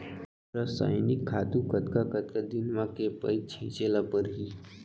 रसायनिक खातू कतका कतका दिन म, के पइत छिंचे ल परहि?